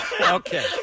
Okay